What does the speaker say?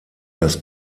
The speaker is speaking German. das